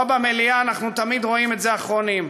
פה במליאה אנחנו תמיד רואים את זה אחרונים.